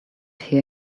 hear